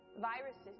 Viruses